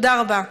תודה רבה.